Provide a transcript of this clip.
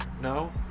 No